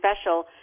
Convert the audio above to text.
special